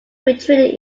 treated